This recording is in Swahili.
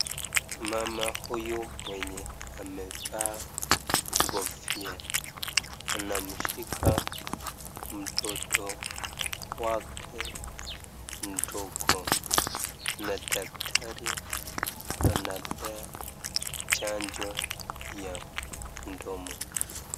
Mama huyu mwenye amevaa kofia anamshika mtoto wake mdogo na daktari anapea chanjo ya mdomo.